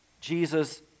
Jesus